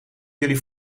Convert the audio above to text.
jullie